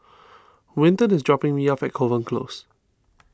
Winton is dropping me off at Kovan Close